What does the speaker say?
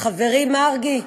חברי מרגי,